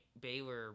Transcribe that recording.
Baylor